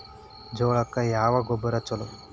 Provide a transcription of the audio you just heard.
ಜೋಳಕ್ಕ ಯಾವ ಗೊಬ್ಬರ ಛಲೋ?